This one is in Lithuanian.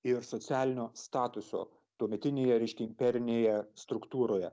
ir socialinio statuso tuometinėje reiškia imperinėje struktūroje